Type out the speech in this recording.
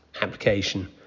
application